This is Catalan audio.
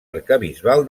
arquebisbal